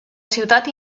ciutat